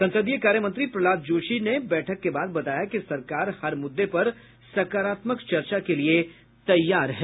संसदीय कार्यमंत्री प्रह्लाद जोशी ने बैठक के बाद बताया कि सरकार हर मुद्दे पर सकारात्मक चर्चा के लिए तैयार है